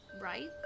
right